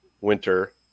winter